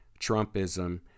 Trumpism